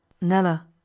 Nella